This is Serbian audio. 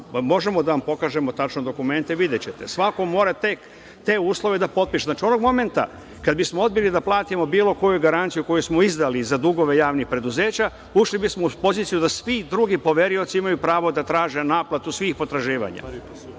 Možemo da vam pokažemo tačno dokumente, videćete. Svako mora te uslove da potpiše. Znači, onog momenta kada bismo odbili da platimo bilo koju garanciju koju smo izdali za dugove javnih preduzeća, ušli bismo u poziciju da svi drugi poverioci imaju pravo da traže naplatu svih potraživanja.